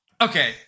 Okay